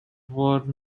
were